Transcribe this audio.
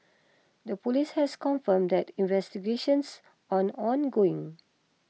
the police has confirmed that investigations are ongoing